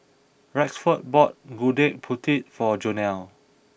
Rexford bought Gudeg Putih for Jonell